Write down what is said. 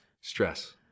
Stress